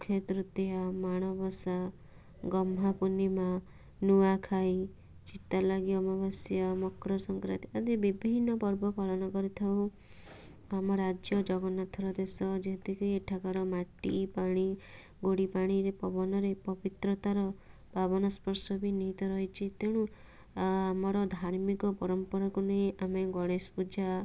ଅକ୍ଷୟ ତୃତୀୟା ମାଣବସା ଗହ୍ମା ପୂର୍ଣ୍ଣିମା ନୂଆଖାଇ ଚିତାଲାଗି ଅମବାସ୍ୟା ମକର ସଂକ୍ରାନ୍ତି ଆଦି ବିଭିନ୍ନ ପର୍ବ ପାଳନ କରିଥାଉ ଆମ ରାଜ୍ୟ ଜଗନ୍ନାଥର ଦେଶ ଯେତିକି ଏଠାକାର ମାଟି ପାଣି ଗୋଡ଼ି ପାଣିରେ ପବନରେ ପବିତ୍ରତାର ପାବନ ସ୍ପର୍ଶ ବି ନିହିତ ରହିଛି ତେଣୁ ଆମର ଧାର୍ମିକ ପରମ୍ପରାକୁ ନେଇ ଆମେ ଗଣେଶ ପୂଜା